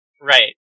Right